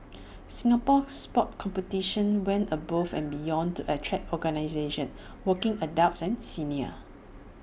Singapore Sport competitions went above and beyond to attract organisations working adults and seniors